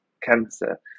cancer